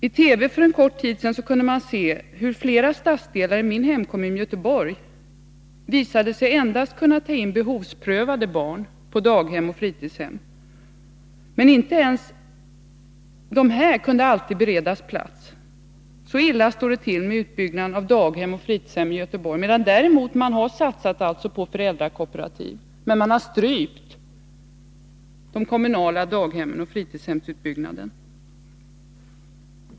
I TV kunde man för en kort tid sedan se hur det i flera stadsdelar i min hemkommun Göteborg endast visade sig vara möjligt att ta in barn på daghem och fritidshem efter behovsprövning. Och inte ens dessa barn kunde alltid beredas plats. Så illa står det till med utbyggnaden av daghem och fritidshem i Göteborg — medan man däremot har satsat på föräldrakooperativ. Men man har strypt utbyggnaden av de kommunala daghemmen och fritidshemmen.